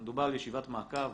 מדובר על ישיבת מעקב.